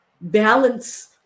balance